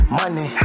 money